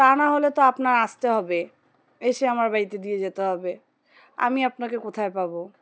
তা না হলে তো আপনার আসতে হবে এসে আমার বাড়িতে দিয়ে যেতে হবে আমি আপনাকে কোথায় পাবো